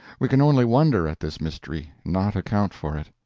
we can only wonder at this mystery, not account for it.